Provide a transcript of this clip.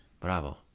Bravo